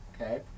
Okay